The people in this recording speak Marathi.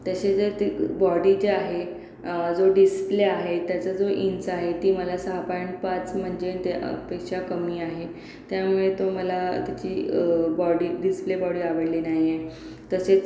त्याचे जे बॉडी जे आहे जो डिस्प्ले आहे त्याचा जो इंच आहे ती मला सहा पॉइंट पाच म्हणजे त्यापेक्षा कमी आहे त्यामुळे तो मला त्याची बॉडी डिस्प्ले बॉडी आवडली नाहीये तसेच